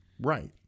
right